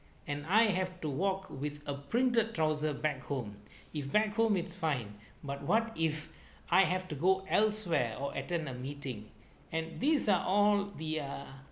and I have to walk with a printed trousers back home if back home it's fine but what if I have to go elsewhere or attend a meeting and these are all the ah